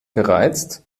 gereizt